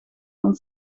van